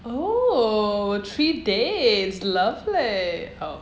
oh three days lovely oh